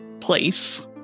place